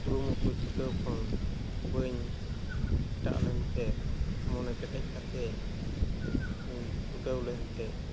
ᱠᱩᱨᱩᱢᱩᱴᱩᱭ ᱪᱷᱩᱴᱟᱹᱣ ᱠᱷᱚᱱ ᱵᱟᱹᱧ ᱮᱴᱟᱜᱞᱮᱱᱛᱮ ᱢᱚᱱᱮ ᱠᱮᱴᱮᱡ ᱠᱟᱛᱮᱫ ᱤᱧ ᱪᱷᱩᱴᱟᱹᱣᱞᱮᱱᱛᱮ